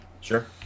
Sure